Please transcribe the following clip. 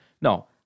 no